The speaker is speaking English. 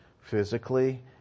physically